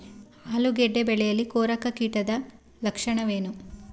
ಆಲೂಗೆಡ್ಡೆ ಬೆಳೆಯಲ್ಲಿ ಕೊರಕ ಕೀಟದ ಲಕ್ಷಣವೇನು?